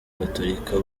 gatolika